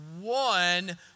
one